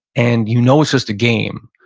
and you know it's just a game,